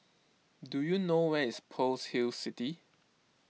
do you know where is Pearl's Hill City